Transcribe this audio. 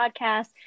podcast